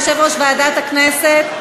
יושב-ראש ועדת הכנסת?